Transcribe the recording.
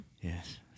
Yes